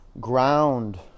ground